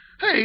Hey